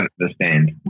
understand